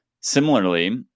Similarly